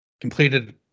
Completed